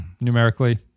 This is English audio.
numerically